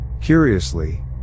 Curiously